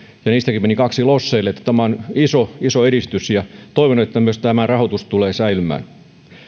ja niistäkin meni kahdelle losseille niin että tämä on iso edistys ja toivon että myös tämä rahoitus tulee säilymään